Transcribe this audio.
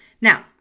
Now